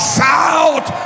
Shout